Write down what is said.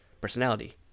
personality